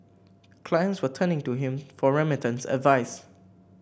clients were turning to him for remittance advice